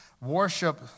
worship